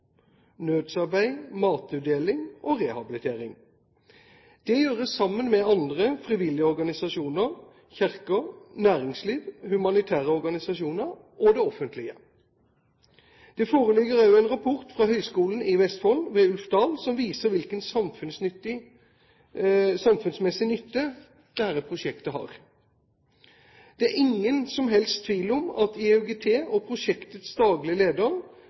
nødsarbeid, matutdeling og rehabilitering. Dette gjøres sammen med andre frivillige organisasjoner, kirker, næringsliv, humanitære organisasjoner og det offentlige. Det foreligger også en rapport fra Høgskolen i Vestfold, ved Ulf Dahl, som viser hvilken samfunnsmessig nytte dette prosjektet har. Det er ingen som helst tvil om at IOGT og prosjektets